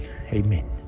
Amen